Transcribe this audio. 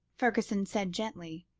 fergusson said gently.